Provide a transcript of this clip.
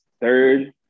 third